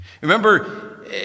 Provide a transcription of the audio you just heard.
Remember